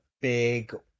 big